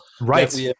Right